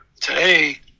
today